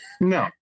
no